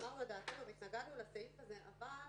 אמרנו את דעתנו והתנגדנו לסעיף הזה, אבל